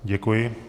Děkuji.